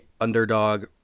underdog